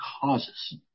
causes